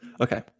Okay